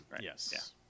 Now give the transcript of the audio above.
Yes